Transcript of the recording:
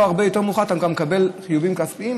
לא הרבה יותר מאוחר אתה גם מקבל חיובים כספיים,